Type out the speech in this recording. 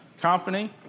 company